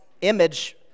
image